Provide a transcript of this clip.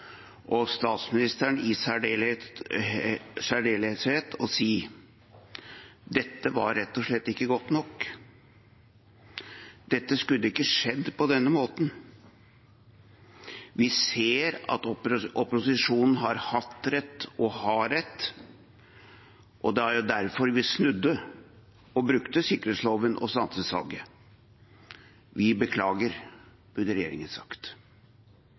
og statsministeren i særdeleshet å si: Dette var rett og slett ikke godt nok. Dette skulle ikke ha skjedd på denne måten. Vi ser at opposisjonen har hatt rett og har rett, og det var derfor vi snudde og brukte sikkerhetsloven og stanset salget. Vi beklager, burde regjeringen sagt.